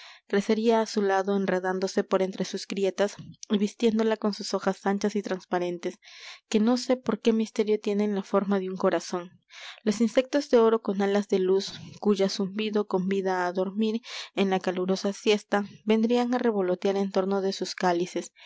crecería á su lado enredándose por entre sus grietas y vistiéndola con sus hojas anchas y transparentes que no sé por qué misterio tienen la forma de un corazón los insectos de oro con alas de luz cuya zumbido convida á dormir en la calurosa siesta vendrían á revolotear en torno de sus cálices